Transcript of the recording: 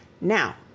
now